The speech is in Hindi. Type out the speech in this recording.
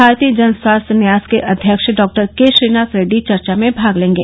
भारतीय जन स्वास्थ्य न्यास के अध्यक्ष डॉक्टर के श्रीनाथ रेड्डी चर्चा में भाग लेंगे